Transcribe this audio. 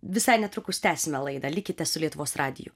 visai netrukus tęsime laidą likite su lietuvos radiju